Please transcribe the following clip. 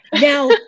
Now